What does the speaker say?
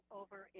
over